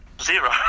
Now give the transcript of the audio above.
zero